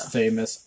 famous